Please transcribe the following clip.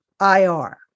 IR